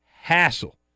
hassle